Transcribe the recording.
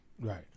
Right